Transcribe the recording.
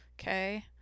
okay